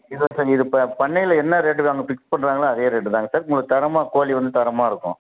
இருபத்தஞ்சு இது இப்போ பண்ணையில் என்ன ரேட்டுக்கு அங்கே ஃபிக்ஸ் பண்ணுறாங்களோ அதே ரேட்டு தாங்க சார் உங்களுக்கு தரமாக கோழி வந்து தரமாக இருக்கும்